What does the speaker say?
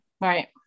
Right